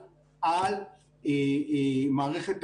אם עד סוף השנה - 100 אחוזים הופכים למענק,